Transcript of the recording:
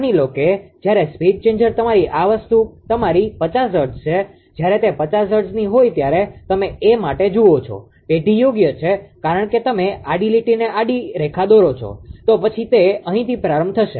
માની લો કે જ્યારે સ્પીડ ચેન્જર તમારી આ વસ્તુ વસ્તુ તમારી 50 હર્ટ્ઝ છે જ્યારે તે 50 હર્ટ્ઝની હોય ત્યારે તમે એ માટે જુઓ છો પેઢી યોગ્ય છે કારણ કે તમે આડી લીટીને આડી રેખા દોરો છો તો પછી તે અહીંથી પ્રારંભ થશે